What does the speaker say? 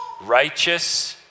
righteous